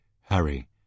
Harry